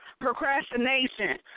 Procrastination